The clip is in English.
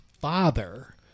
father